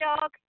dog